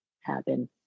happen